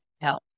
help